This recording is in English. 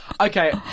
Okay